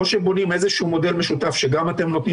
או שבונים איזשהו מודל משותף שגם אתם נותנים